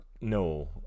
No